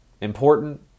important